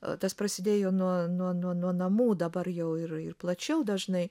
a tas prasidėjo nuo nuo nuo namų dabar jau ir ir plačiau dažnai